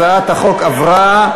הצעת החוק עברה.